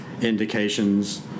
indications